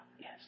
Yes